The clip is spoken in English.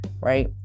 right